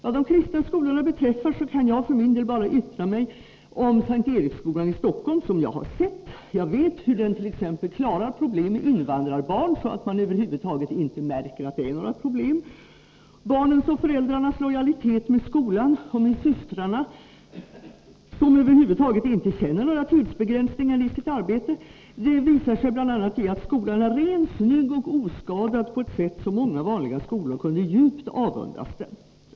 Vad de kristna skolorna beträffar kan jag för min del bara yttra mig om S:t Eriks katolska skola i Stockholm, som jag har sett. Jag vet t.ex. hur den klarar problem med invandrarbarn så att man inte märker att det över huvud taget är några problem. Barnens och föräldrarnas lojalitet med skolan och med systrarna, som i sitt arbete över huvud taget inte känner några tidsbegränsningar, visar sig bl.a. i att skolan är ren, snygg och oskadad på ett sätt som många vanliga skolor kunde djupt avundas dem.